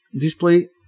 display